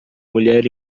mulher